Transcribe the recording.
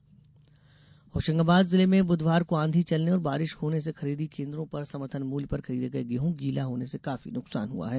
होशंगाबाद बारिश होशंगाबाद जिले में बुधवार को आंधी चलने और बारिश होने से खरीदी केन्द्रों पर समर्थन मूल्य पर खरीदे गये गेंहूँ गीला होने से काफी नुकसान हुआ है